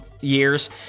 years